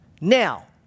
Now